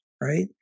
right